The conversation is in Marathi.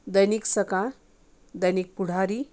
दैनिक सकाळ दैनिक पुढारी